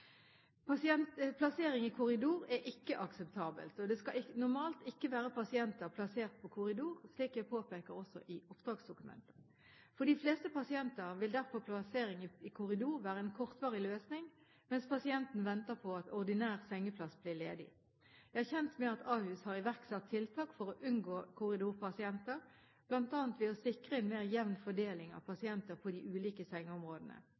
Plassering i korridor er ikke akseptabelt, og det skal normalt ikke være pasienter plassert på korridor, slik jeg også påpeker i oppdragsdokumentet. For de fleste pasienter vil derfor plassering i korridor være en kortvarig løsning mens pasienten venter på at ordinær sengeplass blir ledig. Jeg er kjent med at Ahus har iverksatt tiltak for å unngå korridorpasienter, bl.a. ved å sikre en mer jevn fordeling av pasienter på de ulike sengeområdene.